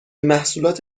محصولات